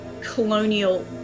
colonial